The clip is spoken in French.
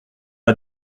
pas